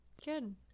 Good